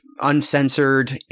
uncensored